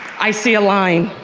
i see a line.